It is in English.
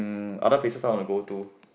mm other places I wanna go to